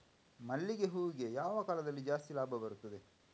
ಮಲ್ಲಿಗೆ ಹೂವಿಗೆ ಯಾವ ಕಾಲದಲ್ಲಿ ಜಾಸ್ತಿ ಲಾಭ ಬರುತ್ತದೆ?